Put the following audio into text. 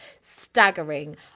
staggering